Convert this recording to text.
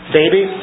baby